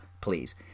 please